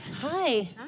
Hi